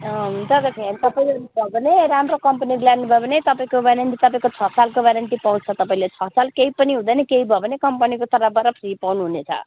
अँ तर फेन तपाईँले लिनुभयो भने राम्रो कम्पनीको लानुभयो भने तपाईँको वारेन्टी तपाईँको छ सालको वारेन्टी पाउँछ तपाईँले छ साल केही पनि हुँदैन केही भयो भने कम्पनीको तर्फबाट फ्री पाउनुहुनेछ